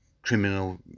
Criminal